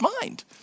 mind